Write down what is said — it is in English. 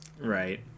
Right